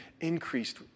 increased